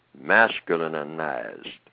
masculinized